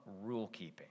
rule-keeping